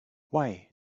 why